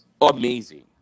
amazing